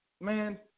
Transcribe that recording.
man